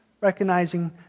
recognizing